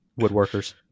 woodworkers